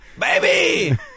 Baby